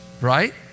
right